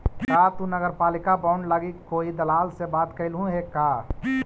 का तु नगरपालिका बॉन्ड लागी कोई दलाल से बात कयलहुं हे का?